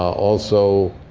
also,